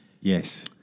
Yes